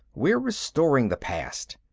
we're restoring the past.